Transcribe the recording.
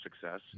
success